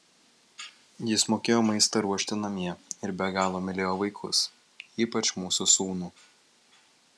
jis mokėjo maistą ruošti namie ir be galo mylėjo vaikus ypač mūsų sūnų